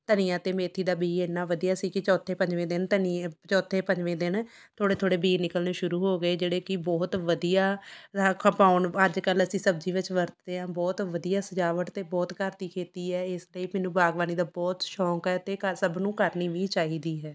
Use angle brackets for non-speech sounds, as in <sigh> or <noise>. ਧਨੀਆ ਅਤੇ ਮੇਥੀ ਦਾ ਬੀ ਐਨਾ ਵਧੀਆ ਸੀ ਕਿ ਚੌਥੇ ਪੰਜਵੇਂ ਦਿਨ ਧਨੀਏ ਚੌਥੇ ਪੰਜਵੇਂ ਦਿਨ ਥੋੜ੍ਹੁੇ ਥੋੜ੍ਹੇ ਬੀ ਨਿਕਲਣੇ ਸ਼ੁਰੂ ਹੋ ਗਏ ਜਿਹੜੇ ਕਿ ਬਹੁਤ ਵਧੀਆ <unintelligible> ਖਪਾਉਣ ਅੱਜ ਕੱਲ੍ਹ ਅਸੀਂ ਸਬਜ਼ੀ ਵਿੱਚ ਵਰਤਦੇ ਹਾਂ ਬਹੁਤ ਵਧੀਆ ਸਜਾਵਟ ਅਤੇ ਬਹੁਤ ਘਰ ਦੀ ਖੇਤੀ ਹੈ ਇਸ ਲਈ ਮੈਨੂੰ ਬਾਗ਼ਬਾਨੀ ਦਾ ਬਹੁਤ ਸ਼ੌਕ ਹੈ ਅਤੇ ਘਰ ਸਭ ਨੂੰ ਕਰਨੀ ਵੀ ਚਾਹੀਦੀ ਹੈ